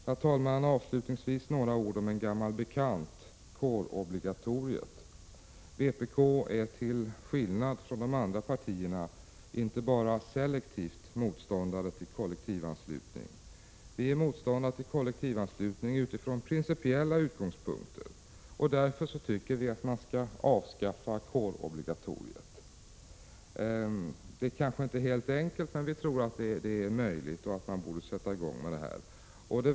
Herr talman! Avslutningsvis några ord om en gammal bekant, kårobligatoriet. Vpk är till skillnad från de andra partierna inte bara selektivt motståndare till kollektivanslutning. Vi är motståndare till kollektivanslutning utifrån principiella utgångspunkter, och därför tycker vi att man skall avskaffa kårobligatoriet. Det kanske inte är helt enkelt, men vi anser att det är möjligt och att man bör sätta i gång.